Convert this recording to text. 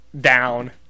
Down